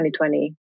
2020